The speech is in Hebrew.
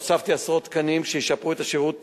הוספתי עשרות תקנים שישפרו את השירות